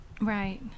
right